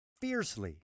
fiercely